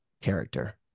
character